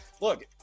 look